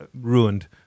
ruined